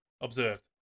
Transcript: observed